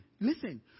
Listen